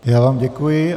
Já vám děkuji.